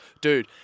Dude